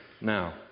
now